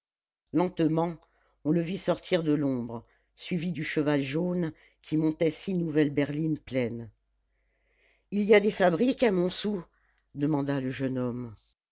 lentement on le vit sortir de l'ombre suivi du cheval jaune qui montait six nouvelles berlines pleines il y a des fabriques à montsou demanda le jeune homme